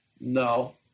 no